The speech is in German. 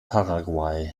paraguay